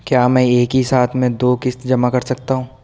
क्या मैं एक ही साथ में दो किश्त जमा कर सकता हूँ?